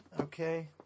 Okay